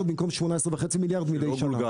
שקל במקום 18.5 מיליארד שקל מידי שנה.